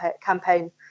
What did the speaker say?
campaign